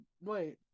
Wait